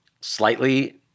slightly